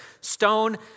stone